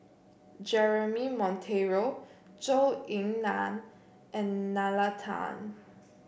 Jeremy Monteiro Zhou Ying Nan and Nalla Tan